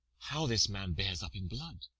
how this man bears up in blood!